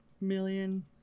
million